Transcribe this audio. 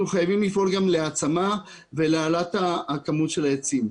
אנחנו חייבים לפעול גם להעצמה ולהעלאת כמות העצים.